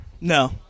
No